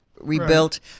rebuilt